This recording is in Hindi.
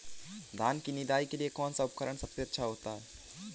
धान की निदाई के लिए कौन सा उपकरण सबसे अच्छा होता है?